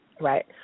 Right